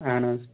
اَہن حظ